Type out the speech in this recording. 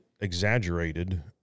exaggerated